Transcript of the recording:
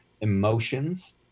emotions